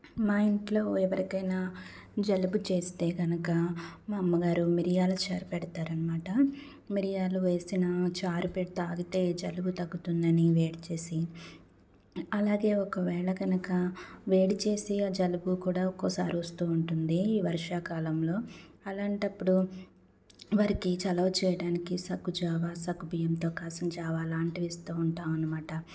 మా ఇంట్లో ఎవరికైనా జలుబు చేస్తే కనుక మా అమ్మగారు మిరియాల చారు పెడతారనమాట మిరియాలు వేసిన చారు పెట్టి తాగితే జలుబు తగ్గుతుందని వేడి చేసి అలాగే ఒకవేళ కనుక వేడి చేసి అలాగే ఒకవేళ కనుక వేడి చేసి ఆ జలుబు కూడా ఒకసారి వస్తూ ఉంటుంది వర్షాకాలంలో అలాంటప్పుడు వారికి చలవ చేయడానికి సగ్గు జావా సగ్గుబియ్యంతో కాచిన జావ లాంటివి ఇస్తూ ఉంటాం అనమాట